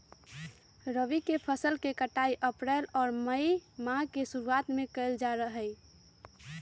रबी के फसल के कटाई अप्रैल और मई माह के शुरुआत में कइल जा हई